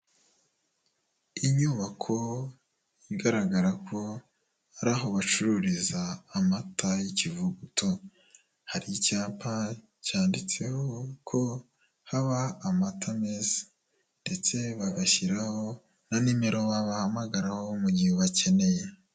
Inyubako igaragara ko hari aho bacururiza amata y'ikivuguto, hari icyapa cyanditseho ko haba amata meza ndetse bagashyiraho na nimero baba bahamagaraho mu gihe ubakeneye.